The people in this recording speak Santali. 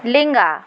ᱞᱮᱸᱜᱟ